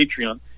Patreon